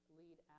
lead